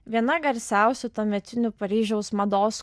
viena garsiausių tuometinių paryžiaus mados